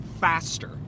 faster